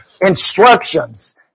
Instructions